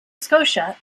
scotia